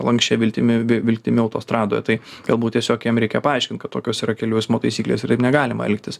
lanksčia viltimi vi vilktimi autostradoj tai galbūt tiesiog jam reikia paaiškint kad tokios yra kelių eismo taisyklės ir negalima elgtis